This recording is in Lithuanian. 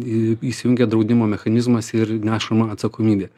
į įsijungia draudimo mechanizmas ir nešama atsakomybė